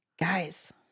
guys